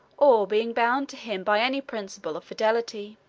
or being bound to him by any principle of fidelity.